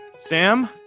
Sam